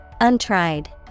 Untried